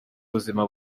buzima